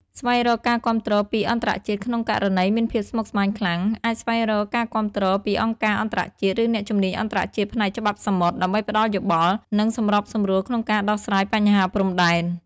ស្វែងរកការគាំទ្រពីអន្តរជាតិក្នុងករណីមានភាពស្មុគស្មាញខ្លាំង អាចស្វែងរកការគាំទ្រពីអង្គការអន្តរជាតិ ឬអ្នកជំនាញអន្តរជាតិផ្នែកច្បាប់សមុទ្រ ដើម្បីផ្តល់យោបល់ និងសម្របសម្រួលក្នុងការដោះស្រាយបញ្ហាព្រំដែន។